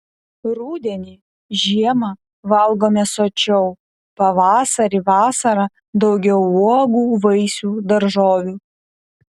rudenį žiemą valgome sočiau pavasarį vasarą daugiau uogų vaisių daržovių